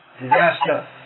disaster